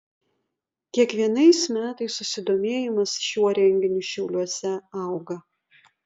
kiekvienais metais susidomėjimas šiuo renginiu šiauliuose auga